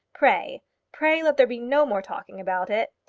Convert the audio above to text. pray pray let there be no more talking about it.